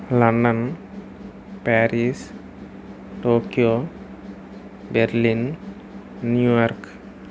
London Paris Tokyo Berlin New York